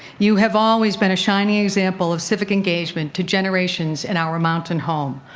you have always been a shining example of civic engagement to generations in our mountain home.